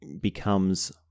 becomes